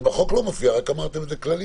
זה בחוק לא מופיע, רק אמרתם את זה כללית.